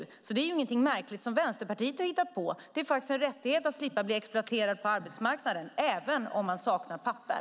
Detta är alltså inget märkligt som Vänsterpartiet har hittat på. Det är faktiskt en rättighet att slippa bli exploaterad på arbetsmarknaden även om man saknar papper.